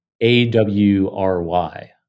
A-W-R-Y